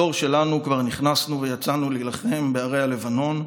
בדור שלנו כבר נכנסנו ויצאנו להילחם בהרי הלבנון,